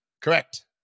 Correct